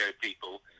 people